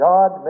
God